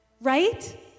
right